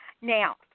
Now